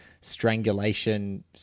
strangulation